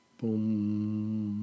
Boom